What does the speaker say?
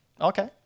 Okay